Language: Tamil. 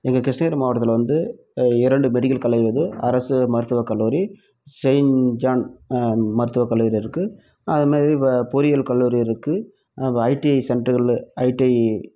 எங்கள் கிருஷ்ணகிரி மாவட்டத்தில் வந்து இரண்டு மெடிக்கல் காலேஜ் இருக்குது அரசு மருத்துவ கல்லூரி செயின் ஜான் மருத்துவ கல்லூரி இருக்குது அது மாதிரி இப்போ பொறியல் கல்லூரி இருக்குது அப்புறம் ஐடிஐ சென்டரில் ஐடிஐ